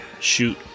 shoot